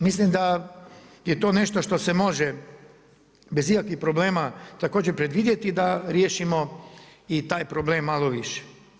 Mislim da je to nešto što se može bez ikakvih problema također predvidjeti da riješimo i taj problem malo više.